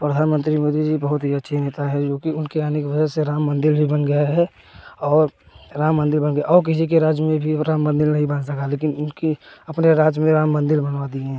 प्रधानमंत्री मोदी जी बहुत अच्छे नेता हैं जो कि उनके आने की वजह से राम मंदिर भी बन गया है और राम मंदिर बन गया औ किसी के राज्य में भी राम मंदिर नहीं बन सका लेकिन उनके अपने राज्य में राम मंदिर बनवा दिए